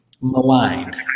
maligned